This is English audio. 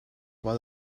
but